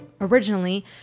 Originally